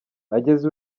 ageze